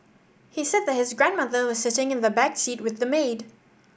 he said that his grandmother was sitting in the back seat with the maid